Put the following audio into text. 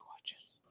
gorgeous